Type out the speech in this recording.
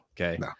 Okay